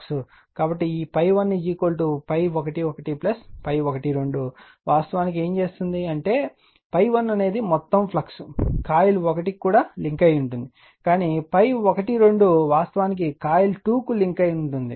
కాబట్టి ఈ ∅1 ∅11 ∅12 వాస్తవానికి ఏమి చేస్తుంది అంటే ∅1 అనేది మొత్తం ఫ్లక్స్ కాయిల్ 1 కు లింక్ అయి ఉంటుంది కాని ∅12 వాస్తవానికి కాయిల్ 2 కు లింక్ అయి ఉంటుంది